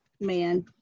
man